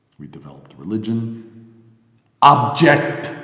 we developed religion object-practice!